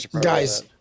Guys